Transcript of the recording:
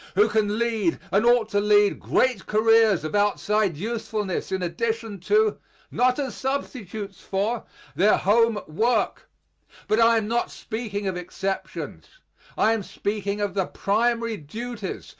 who can lead and ought to lead great careers of outside usefulness in addition to not as substitutes for their home work but i am not speaking of exceptions i am speaking of the primary duties,